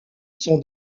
son